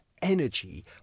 energy